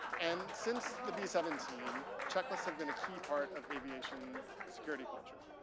and since the b seventeen, checklists have been a key part of aviation security culture.